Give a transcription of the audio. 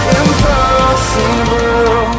impossible